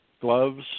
gloves